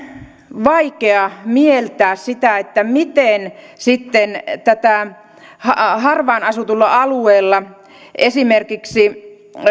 vaikea mieltää sitä miten sitten harvaan asutulla alueella esimerkiksi tätä